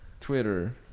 Twitter